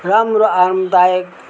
राम्रो आरामदायक